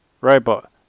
Robot